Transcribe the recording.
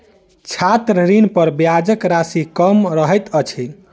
छात्र ऋणपर ब्याजक राशि कम रहैत अछि